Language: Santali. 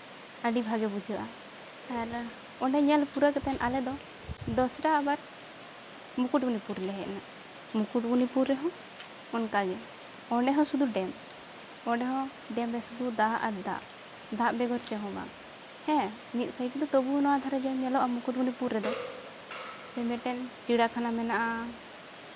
ᱟᱹᱰᱤ ᱵᱷᱟᱜᱮ ᱵᱩᱡᱷᱟᱹᱜᱼᱟ ᱟᱨ ᱚᱸᱰᱮ ᱧᱮᱞ ᱯᱩᱨᱟᱹᱣ ᱠᱟᱛᱮᱜ ᱟᱞᱮ ᱫᱚ ᱫᱚᱥᱨᱟ ᱟᱵᱟᱨ ᱢᱩᱠᱩᱴᱢᱚᱱᱤᱯᱩᱨ ᱞᱮ ᱦᱮᱡᱱᱟ ᱢᱩᱠᱩᱴᱢᱚᱱᱤᱯᱩᱨ ᱨᱮᱦᱚᱸ ᱚᱱᱠᱟᱜᱮ ᱚᱸᱰᱮ ᱦᱚᱸ ᱥᱩᱫᱷᱩ ᱰᱮᱢ ᱚᱸᱰᱮ ᱦᱚᱸ ᱰᱮᱢ ᱨᱮ ᱥᱩᱫᱷᱩ ᱫᱟᱜ ᱟᱨ ᱫᱟᱜ ᱫᱟᱜ ᱵᱮᱜᱚᱨ ᱪᱮᱫ ᱦᱚᱸ ᱵᱟᱝ ᱦᱮᱸ ᱢᱤᱫ ᱥᱟᱭᱤᱴ ᱫᱚ ᱛᱚᱵᱩᱣ ᱱᱚᱣᱟ ᱫᱷᱟᱨᱮ ᱜᱮ ᱧᱮᱞᱚᱜᱼᱟ ᱢᱩᱠᱩᱢᱚᱱᱤᱯᱩᱨ ᱨᱮᱫᱚ ᱡᱮ ᱢᱤᱫᱴᱮᱱ ᱪᱤᱲᱭᱟᱠᱷᱟᱱᱟ ᱢᱮᱱᱟᱜᱼᱟ